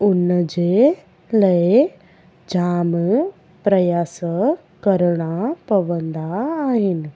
हुनजे लाइ जाम प्रयास करिणा पवंदा आहिनि